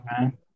man